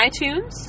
iTunes